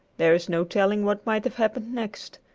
there is no telling what might have happened next,